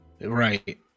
Right